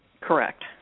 Correct